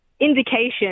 indication